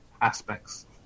aspects